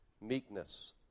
meekness